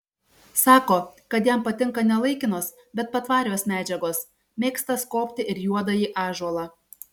sako kad jam patinka ne laikinos bet patvarios medžiagos mėgsta skobti ir juodąjį ąžuolą